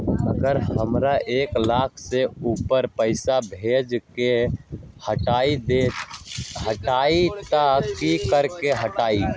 अगर हमरा एक लाख से ऊपर पैसा भेजे के होतई त की करेके होतय?